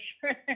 sure